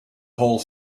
whole